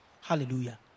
Hallelujah